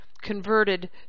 converted